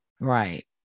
Right